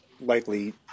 likely